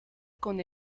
con